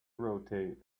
rotate